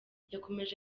yakomeje